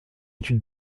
étude